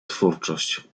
twórczość